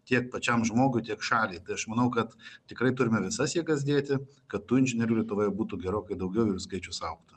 tiek pačiam žmogui tiek šaliai tai aš manau kad tikrai turime visas jėgas dėti kad tų inžinierių lietuvoje būtų gerokai daugiau ir jų skaičius augtų